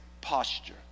posture